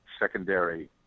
secondary